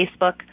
Facebook